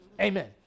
amen